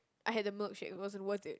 I had the milkshake it wasn't worth it